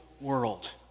world